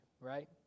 right